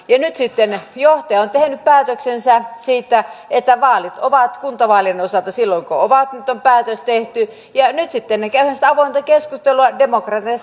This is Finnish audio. ja nyt sitten johtaja on tehnyt päätöksensä siitä että vaalit ovat kuntavaalien osalta silloin kun ovat nyt on päätös tehty ja nyt sitten käydään sitä avointa keskustelua demokratian